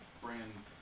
brand